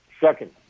Second